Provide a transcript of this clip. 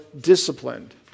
disciplined